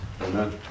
Amen